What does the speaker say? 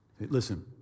Listen